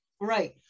Right